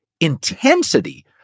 intensity